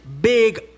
big